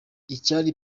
icyari